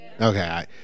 Okay